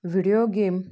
video game